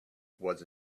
was